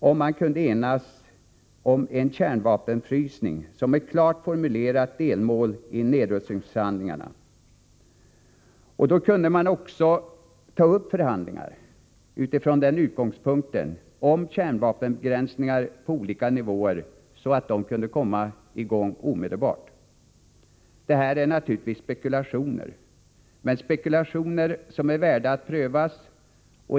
Om man kunde enas om en kärnvapenfrysning som ett klart formulerat delmål i nedrustningsförhandlingarna, skulle också förhandlingar om kärnvapenbegränsingar på olika nivåer kunna komma i gång omedelbart. Detta är naturligtvis spekulationer, men spekulationer som är värda att prövas.